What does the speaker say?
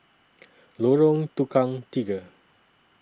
Lorong Tukang Tiga